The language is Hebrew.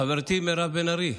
חברתי מירב בן ארי,